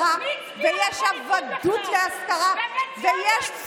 לעבוד בגיל מתקדם בעבודות שונות ומשונות